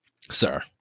Sir